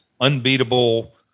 unbeatable